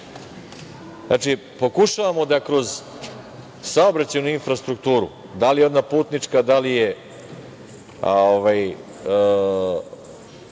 Znači, pokušavamo da kroz saobraćajnu infrastrukturu da li je ona putnička, da li je